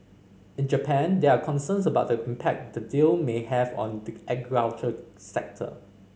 in Japan there are concerns about the impact the deal may have on the agriculture sector